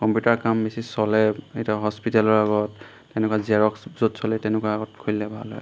computer কাম বেছি চলে এতিয়া হস্পিটেলৰ আগত তেনেকুৱা জেৰক্স য'ত চলে তেনেকুৱা আগত খুলিলে ভাল হয়